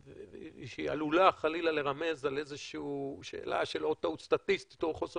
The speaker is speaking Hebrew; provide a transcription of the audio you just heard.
שהיא עלולה חלילה לרמז על איזושהי שאלה של עוד טעות סטטיסטית או חוסר